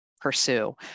pursue